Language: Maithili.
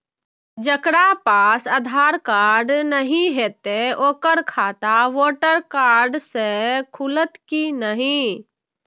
जकरा पास आधार कार्ड नहीं हेते ओकर खाता वोटर कार्ड से खुलत कि नहीं?